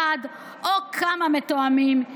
אחד או כמה מתואמים,